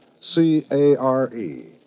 C-A-R-E